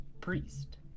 priest